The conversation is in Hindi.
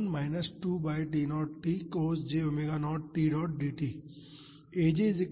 तो